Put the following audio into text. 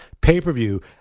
Pay-per-view